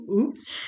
oops